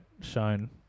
shown